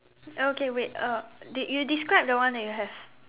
okay wait uh de~ you describe the one that you have